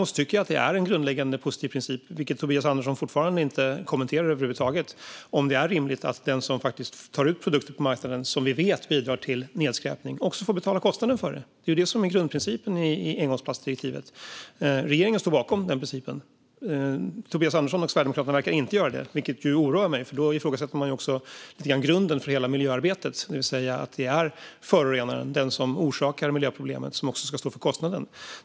Tobias Andersson har fortfarande inte kommenterat om det är rimligt att den som har produkter på marknaden som bidrar till nedskräpning också får betala kostnaderna för det. Detta är grundprincipen i engångsplastdirektivet, och regeringen står bakom den. Tobias Andersson och Sverigedemokraterna verkar inte göra det. Det oroar mig, för då ifrågasätter de själva grunden för hela miljöarbetet, det vill säga att det är förorenaren, alltså den som orsakar miljöproblemet, som också ska stå för kostnaden.